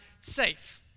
safe